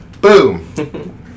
Boom